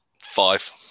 Five